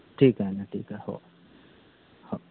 ठीक आहे ना ठीक आहे हो हो